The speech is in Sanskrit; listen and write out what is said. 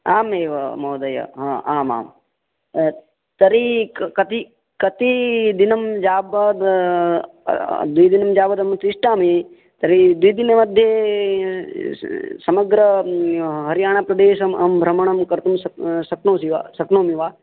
आम् एव महोदय आम् आम् तर्हि कति कति दिनं यावद् द्वि दिनं यावद् तिष्ठामि तर्हि द्विदिनमध्ये समग्र हरियाणाप्रदेशम् अहं भ्रमणं कर्तुं शक् शक्नोसि वा शक्नोमि वा